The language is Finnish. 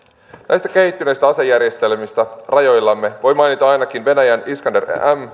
näistä kehittyneistä asejärjestelmistä rajoillamme voi mainita ainakin venäjän iskander m